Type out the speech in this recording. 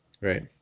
Right